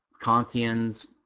Kantians